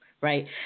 Right